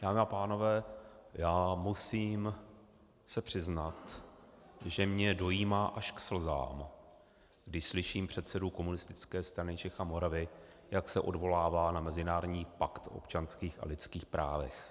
Dámy a pánové, já se musím přiznat, že mě dojímá až k slzám, když slyším předsedu Komunistické strany Čech a Moravy, jak se odvolává na mezinárodní pakt o občanských a lidských právech.